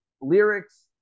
lyrics